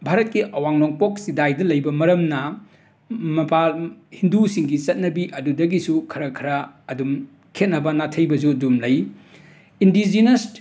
ꯚꯥꯔꯠꯀꯤ ꯑꯋꯥꯡ ꯅꯣꯡꯄꯣꯛ ꯆꯤꯗꯥꯏꯗ ꯂꯩꯕ ꯃꯔꯝꯅ ꯃꯄꯥꯜ ꯍꯤꯟꯗꯨꯁꯤꯡꯒꯤ ꯆꯠꯅꯕꯤ ꯑꯗꯨꯗꯒꯤꯁꯨ ꯈꯔ ꯈꯔ ꯑꯗꯨꯝ ꯈꯦꯠꯅꯕ ꯅꯥꯊꯩꯕꯁꯨ ꯑꯗꯨꯝ ꯂꯩ ꯏꯟꯗꯤꯖꯤꯅꯁꯠ